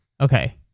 Okay